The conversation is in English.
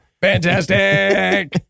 Fantastic